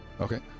Okay